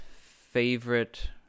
favorite